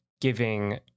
giving